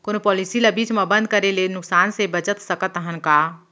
कोनो पॉलिसी ला बीच मा बंद करे ले नुकसान से बचत सकत हन का?